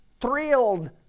Thrilled